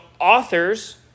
authors